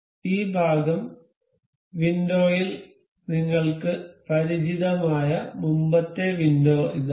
ഈ ഭാഗം വിൻഡോയിൽ നിങ്ങൾക്ക് പരിചിതമായ മുമ്പത്തെ വിൻഡോ ഇതാണ്